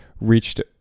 reached